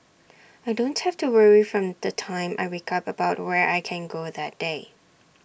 I don't have to worry from the time I wake up about where I can go that day